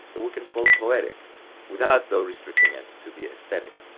that we can call poetic without, though, restricting it to the aesthetic.